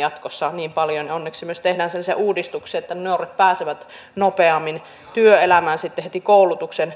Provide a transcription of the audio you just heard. jatkossa niin paljon ja onneksi myös tehdään sellaisia uudistuksia että nuoret pääsevät nopeammin työelämään sitten heti koulutuksen